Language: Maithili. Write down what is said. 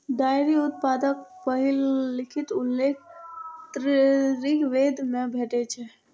डेयरी उत्पादक पहिल लिखित उल्लेख ऋग्वेद मे भेटै छै